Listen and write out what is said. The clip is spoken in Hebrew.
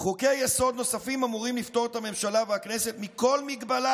"חוקי-יסוד נוספים אמורים לפטור את הממשלה והכנסת מכל מגבלה,